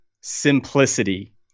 simplicity